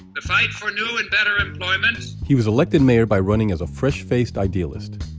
the fight for new and better employment he was elected mayor by running as a fresh-faced idealist.